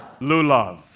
Lulav